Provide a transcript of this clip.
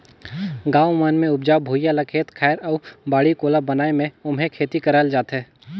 गाँव मन मे उपजऊ भुइयां ल खेत खायर अउ बाड़ी कोला बनाये के ओम्हे खेती करल जाथे